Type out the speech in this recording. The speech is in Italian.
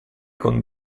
con